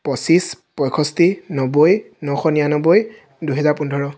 পঁচিছ পঁষষ্ঠি নব্বৈ নশ নিৰানব্বৈ দুহেজাৰ পোন্ধৰ